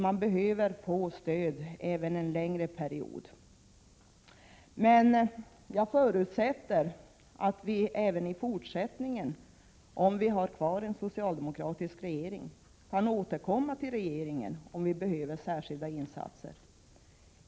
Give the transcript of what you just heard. Där behövs stöd under en längre period. Jag förutsätter emellertid att vi även i fortsättningen, om vi får behålla en socialdemokratisk regering, kan återkomma till regeringen om det skulle behövas särskilda insatser.